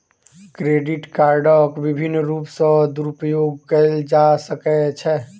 credit कार्डक विभिन्न रूप सॅ दुरूपयोग कयल जा सकै छै